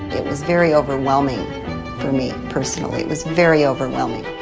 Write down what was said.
it was very overwhelming for me personally, it was very overwhelming.